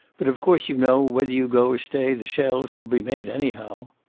but of course you know, whether you go or stay, the shells will be made, anyhow.